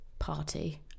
party